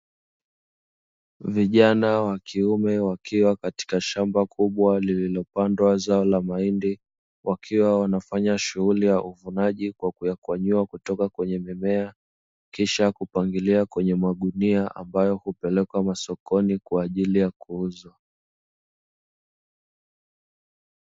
Vijana wakiume wakiwa katika shamba kubwa, lililopandwa zao la mahindi, wakiwa wanafanya shughuli ya uvunaji kwa kuyakwanyua kutoka kwenye mimea, kisha kupangilia kwenye magunia ambayo hupelekwa masokoni kwa ajili ya kuuzwa.